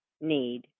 need